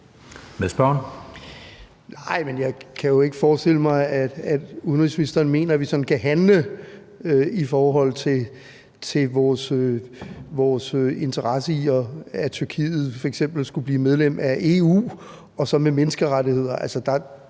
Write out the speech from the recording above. Søndergaard (EL): Jeg kan jo ikke forestille mig, at udenrigsministeren mener, at vi sådan kan handle i henhold til vores interesse i, at Tyrkiet f.eks. skulle blive medlem af EU, og så det med menneskerettigheder.